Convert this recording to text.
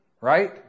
Right